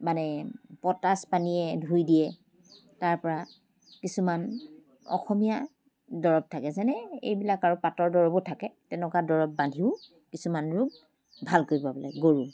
মানে পটাছ পানীয়ে ধুই দিয়ে তাৰ পৰা কিছুমান অসমীয়া দৰৱ থাকে যেনে এইবিলাক আৰু পাতৰ দৰৱো থাকে তেনেকুৱা দৰৱ বান্ধিও কিছুমান ৰোগ ভাল কৰিব পাৰি গৰুৰ